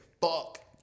fuck